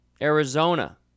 Arizona